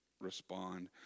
respond